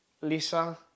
Lisa